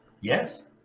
Yes